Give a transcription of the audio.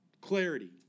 clarity